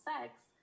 sex